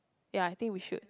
ya I think we should